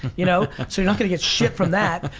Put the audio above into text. you know, so you're not going to get shit from that.